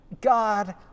God